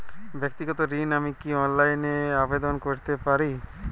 ব্যাক্তিগত ঋণ আমি কি অনলাইন এ আবেদন করতে পারি?